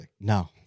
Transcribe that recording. No